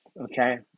okay